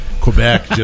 Quebec